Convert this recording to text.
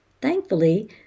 Thankfully